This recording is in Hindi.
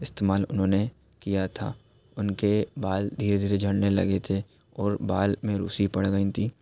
इस्तेमाल उन्होंने किया था उनके बाल धीरे धीरे झड़ने लगे थे और बाल में रूसी पड़ गई थी